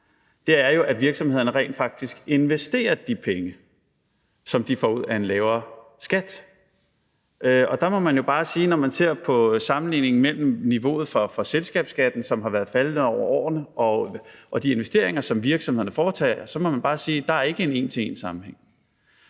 er jo, at virksomhederne rent faktisk investerer de penge, som de får ud af en lavere skat. Og der må man jo bare sige, at når man ser på sammenligningen mellem niveauet for selskabsskatten, som har været faldende over årene, og de investeringer, som virksomhederne foretager, er der ikke en en til en-sammenhæng.